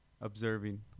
Observing